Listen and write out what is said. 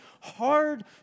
hard